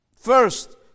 First